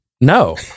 no